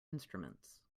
instruments